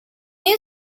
you